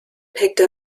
picked